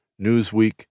Newsweek